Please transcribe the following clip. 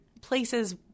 places